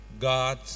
God